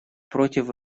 против